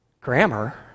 Grammar